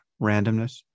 randomness